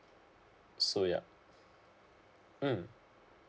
so yeuh mm